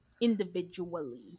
individually